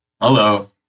Hello